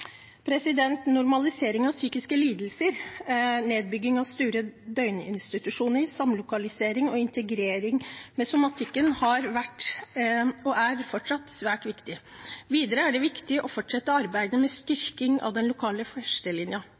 Normalisering av psykiske lidelser, nedbygging av store døgninstitusjoner, samlokalisering og integrering med somatikken har vært, og er fortsatt, svært viktig. Videre er det viktig å fortsette arbeidet med styrking av den lokale